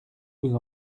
vous